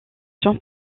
jean